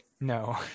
No